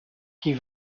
qui